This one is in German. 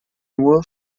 nur